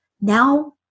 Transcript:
now